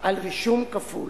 על רישום כפול,